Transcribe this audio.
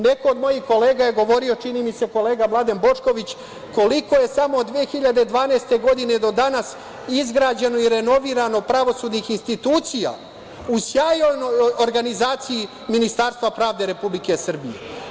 Neko od mojih kolega je govorio, čini mi se kolega Mladen Bošković, koliko je samo od 2012. godine do danas izgrađeno i renovirano pravosudnih institucija, u sjajnoj organizaciji Ministarstva pravde Republike Srbije.